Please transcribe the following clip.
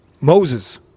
Moses